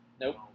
Nope